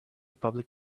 public